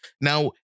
Now